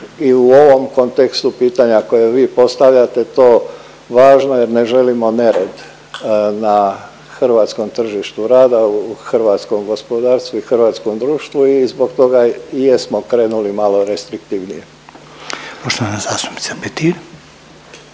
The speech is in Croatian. i u ovom kontekstu, pitanja koja vi postavljate to važno jer ne želimo nered na hrvatskom tržištu rada, u hrvatskom gospodarstvu i hrvatskom društvu i zbog toga i jesmo krenuli malo restriktivnije. **Reiner,